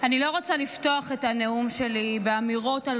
אני לא רוצה את לפתוח את הנאום שלי באמירות על